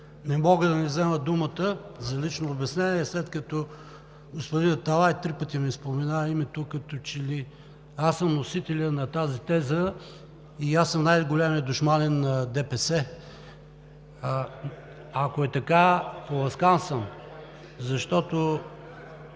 Не мога да не взема думата за лично обяснение, след като господин Аталай три пъти ми споменава името, като че ли аз съм носителят на тази теза и аз съм най-големият душманин на ДПС. Ако е така, поласкан съм (шум